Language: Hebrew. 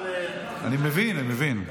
אבל, אני מבין, אני מבין.